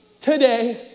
today